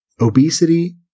obesity